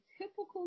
typical